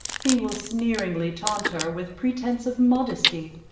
he will sneeringly taunt her with pretence of modesty.